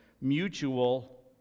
mutual